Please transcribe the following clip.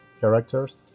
characters